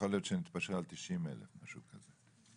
ויכול להיות שנתפשר על 90,000 משהו כזה,